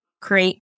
create